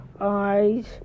eyes